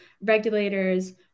regulators